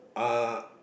uh